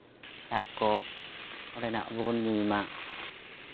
ᱫᱟᱜ ᱠᱚ ᱚᱸᱰᱮᱱᱟᱜ ᱜᱮᱵᱚᱱ ᱧᱩᱭ ᱢᱟ